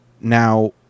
Now